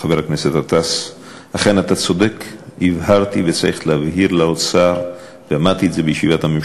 אתה צריך לענות על מה שרלוונטי לך.